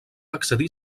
accedir